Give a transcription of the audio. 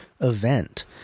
event